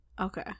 okay